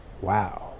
Wow